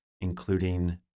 including